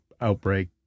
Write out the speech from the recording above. outbreak